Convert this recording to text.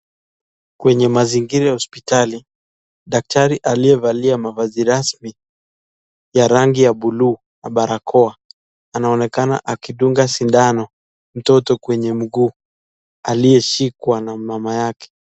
Kwenye mazingira ya hospitali daktari aliyevalia mafasi rasmi ya rangi ya buluu na barakoa, anaonekana akitunga sindano mtoto kwenye mguu aliyeshikwa na mama yake.